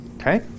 Okay